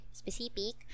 specific